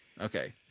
okay